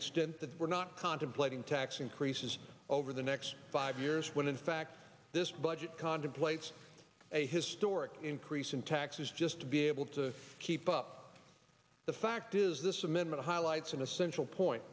extent that we're not contemplating tax increases over the next five years when in fact this budget contemplates a historic increase in taxes just to be able to keep up the fact is this amendment highlights an essential point